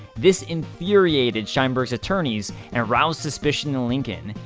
this infuriated sheinberg's attorneys, and roused suspicion in lincoln.